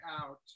out